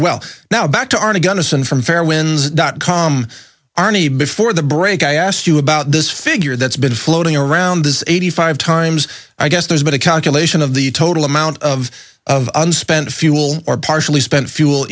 well now back to arnie gundersen from fairwinds dot com arnie before the break i asked you about this figure that's been floating around this eighty five times i guess there's been a calculation of the total amount of of unspent fuel or partially spent fuel